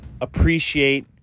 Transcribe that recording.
appreciate